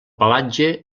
pelatge